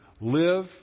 live